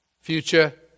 future